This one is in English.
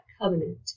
covenant